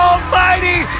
Almighty